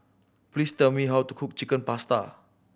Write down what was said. please tell me how to cook Chicken Pasta